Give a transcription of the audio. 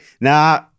Nah